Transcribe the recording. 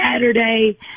Saturday